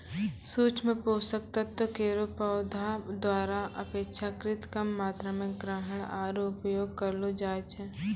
सूक्ष्म पोषक तत्व केरो पौधा द्वारा अपेक्षाकृत कम मात्रा म ग्रहण आरु उपयोग करलो जाय छै